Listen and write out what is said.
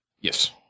Yes